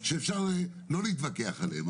שאפשר שלא להתווכח עליהם,